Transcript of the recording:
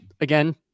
Again